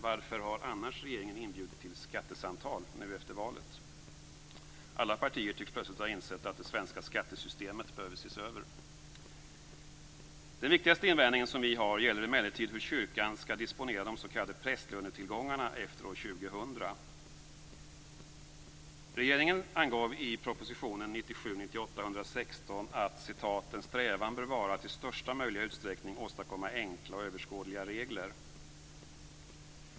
Varför har annars regeringen inbjudit till skattesamtal nu efter valet? Alla partier tycks plötsligt ha insett att det svenska skattesystemet behöver ses över. Den viktigaste invändningen som vi har gäller emellertid hur kyrkan skall disponera de s.k. prästlönetillgångarna efter år 2000. Regeringen angav i propositionen 1997/98:116 att "en strävan bör vara att i största möjliga utsträckning åstadkomma enkla och överskådliga regler".